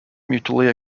mutually